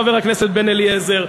חבר הכנסת בן-אליעזר,